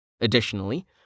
Additionally